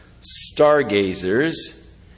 stargazers